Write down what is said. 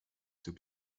zur